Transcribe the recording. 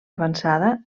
avançada